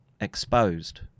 exposed